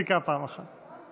על הצעת חוק הביטוח הלאומי (תיקון,